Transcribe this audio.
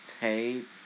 tape